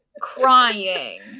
crying